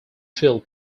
phil